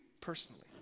personally